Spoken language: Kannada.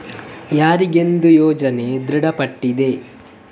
ಯಾರಿಗೆಂದು ಯೋಜನೆ ದೃಢಪಟ್ಟಿದೆ?